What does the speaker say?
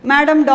Madam